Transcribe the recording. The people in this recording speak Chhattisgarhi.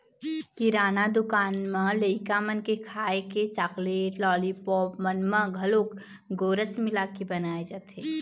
किराना दुकान म लइका मन के खाए के चाकलेट, लालीपॉप मन म घलोक गोरस मिलाके बनाए जाथे